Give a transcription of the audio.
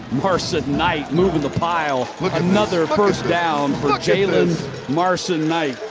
marson-knight moving the pile. another first down for jaylen marson-knight.